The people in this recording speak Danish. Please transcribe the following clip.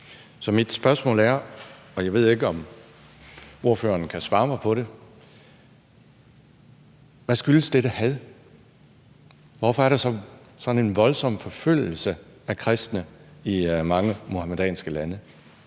Så mit spørgsmål er, og jeg ved ikke, om ordføreren kan svare mig på det: Hvad skyldes dette had? Hvorfor er der sådan en voldsom forfølgelse af kristne i mange muhammedanske lande?